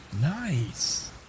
Nice